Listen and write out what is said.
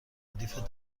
ردیف